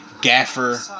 gaffer